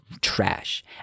trash